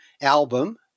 album